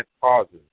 causes